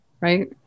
right